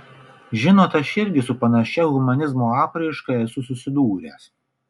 žinot aš irgi su panašia humanizmo apraiška esu susidūręs